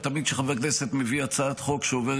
תמיד כשחבר כנסת מביא הצעת חוק שעוברת